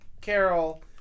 Carol